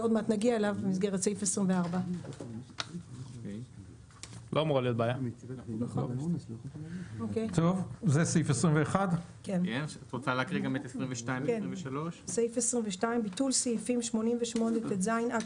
שעוד מעט נגיע אליו במסגרת סעיף 24. 22.ביטול סעיפים 88טז עד